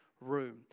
room